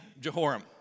Jehoram